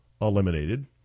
eliminated